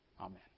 Amen